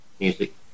music